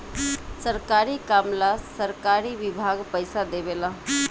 सरकारी काम ला सरकारी विभाग पइसा देवे ला